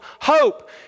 hope